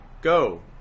Go